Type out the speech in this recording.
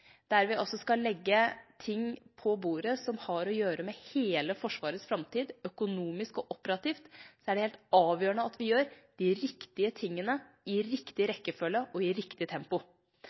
der vi skal legge ting på bordet som har å gjøre med hele Forsvarets framtid, økonomisk og operativt, er det helt avgjørende at vi gjør de riktige tingene i riktig rekkefølge og i riktig tempo.